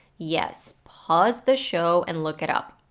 yes, pause the show and look it up.